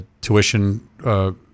tuition